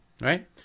Right